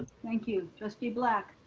thank you, trustee black.